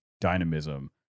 dynamism